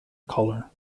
color